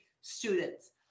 students